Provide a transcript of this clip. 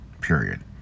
Period